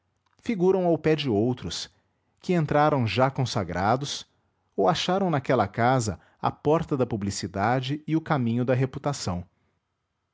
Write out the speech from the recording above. figuram ao pé de outros que entraram já consagrados ou acharam naquela casa a porta da publicidade e o caminho da reputação